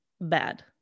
bad